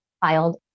filed